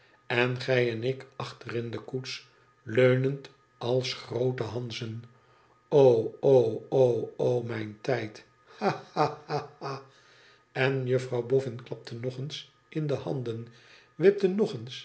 en gij en ik achter in de koets leunend als groote hanzen o o o o mijn tijdt ha ha ha hal en juffrouw boffin klapte nog eens in de handen wipte nog eens